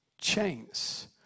chains